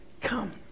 come